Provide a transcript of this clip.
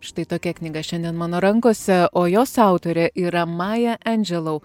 štai tokia knyga šiandien mano rankose o jos autorė yra maja endželou